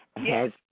yes